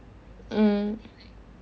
mm